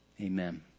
Amen